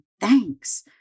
thanks